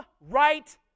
right